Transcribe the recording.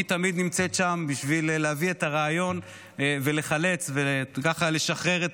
היא תמיד נמצאת שם בשביל להביא את הרעיון ולחלץ וככה לשחרר את